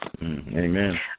Amen